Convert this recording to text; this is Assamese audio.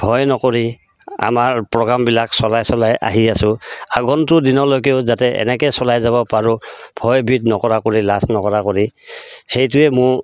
ভয় নকৰি আমাৰ প্ৰগ্ৰামবিলাক চলাই চলাই আহি আছোঁ আগন্তো দিনলৈকেও যাতে এনেকৈ চলাই যাব পাৰোঁ ভয়বিধ নকৰা কৰি লাজ নকৰা কৰি সেইটোৱে মোৰ